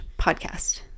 podcast